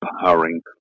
powering